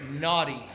naughty